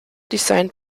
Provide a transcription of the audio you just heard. designed